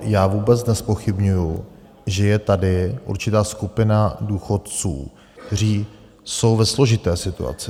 Já vůbec nezpochybňuji, že je tady určitá skupina důchodců, kteří jsou ve složité situaci.